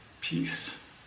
peace